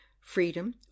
freedom